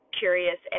curious